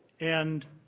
and